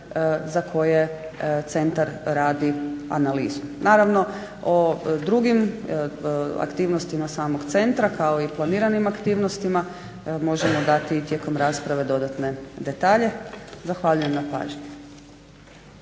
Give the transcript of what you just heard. za koje centar radi analizu. Naravno o drugim aktivnostima samog centra kao i planiranim aktivnostima možemo dati tijekom rasprave dodatne detalje. Zahvaljujem na pažnji.